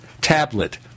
tablet